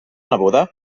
neboda